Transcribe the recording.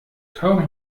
kaum